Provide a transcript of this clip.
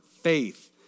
faith